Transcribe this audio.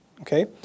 Okay